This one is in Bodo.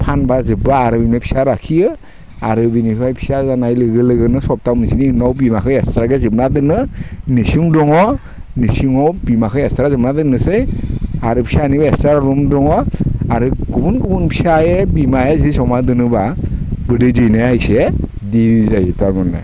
फानबा जोबबा आरो बेनि फिसा लाखियो आरो बेनिफ्राय फिसा जानाय लोगो लोगोनो सप्ता मोनसेनि उनाव बिमाखौ एक्सत्राके जोबना दोनो निसुं दङ निसुङाव बिमाखो एक्सत्रा दोननोसै आरो फिसानिबो एक्सत्रा रुम दङ आरो गुबुन गुबुन फिसायै बिमायै जमा दोनोबा बिदै दैनाया इसे देरि जायो तारमाने